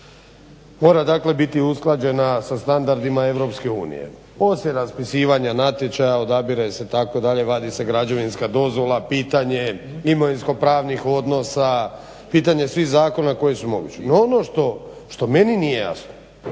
Mora dakle biti usklađena sa standardima EU. Poslije raspisivanja natječaja odabire se itd., vadi se građevinska dozvola, pitanje imovinsko-pravnih odnosa, pitanje svih zakona koji su mogući. I ono što meni nije jasno,